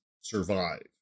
survive